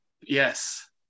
yes